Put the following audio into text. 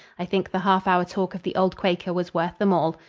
i think the half hour talk of the old quaker was worth them all.